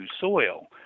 soil